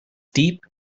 deep